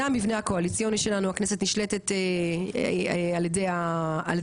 זה המבנה הקואליציוני שלנו הכנסת נשלטת על ידי הממשלה.